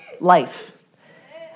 life